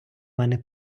мене